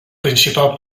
principal